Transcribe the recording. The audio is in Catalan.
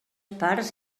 parts